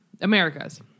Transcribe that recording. America's